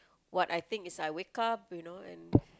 what I think is I wake up you know and